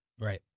Right